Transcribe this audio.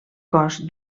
cos